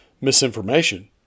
misinformation